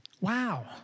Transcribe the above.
Wow